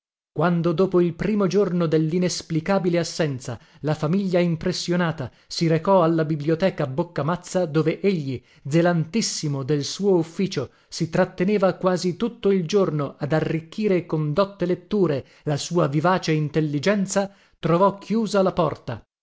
quando dopo il primo giorno dellinesplicabile assenza la famiglia impressionata si recò alla biblioteca boccamazza dove egli zelantissimo del suo ufficio si tratteneva quasi tutto il giorno ad arricchire con dotte letture la sua vivace intelligenza trovò chiusa la porta